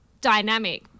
dynamic